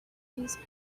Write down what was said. these